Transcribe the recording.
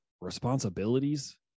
responsibilities